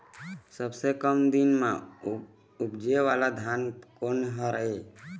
सबसे कम दिन म उपजे वाला धान कोन हर ये?